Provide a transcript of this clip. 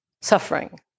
suffering